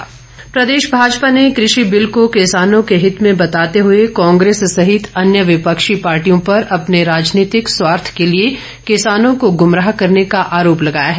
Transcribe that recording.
जम्वाल प्रदेश भाजपा ने कृषि बिल को किसानों के हित में बताते हुए कांग्रेस सहित अन्य विपक्षी पार्टियों पर अपने राजनीतिक स्वार्थ के लिए किसानों को गुमराह करने का आरोप लगाया है